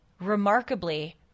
remarkably